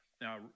Now